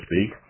speak